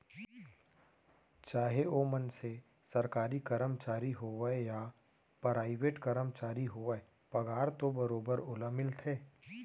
चाहे ओ मनसे सरकारी कमरचारी होवय या पराइवेट करमचारी होवय पगार तो बरोबर ओला मिलथे